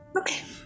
Okay